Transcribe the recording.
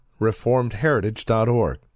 reformedheritage.org